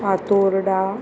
Fatorda